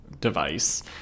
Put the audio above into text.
device